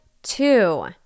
Two